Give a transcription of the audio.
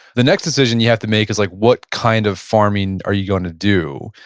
the next decision you have to make is like what kind of farming are you going to do?